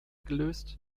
gelöst